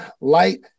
light